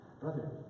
Brother